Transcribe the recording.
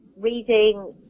reading